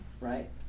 right